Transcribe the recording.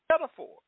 metaphor